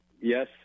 Yes